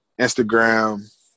Instagram